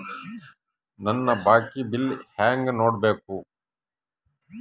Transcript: ನನ್ನ ಬಾಕಿ ಬಿಲ್ ಹೆಂಗ ನೋಡ್ಬೇಕು?